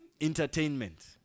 entertainment